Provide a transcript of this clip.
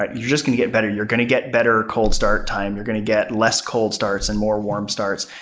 but you're just going to get better. you're going to get better cold start time. you're going to get less cold starts and more warm stars.